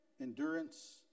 endurance